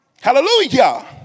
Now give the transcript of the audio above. Hallelujah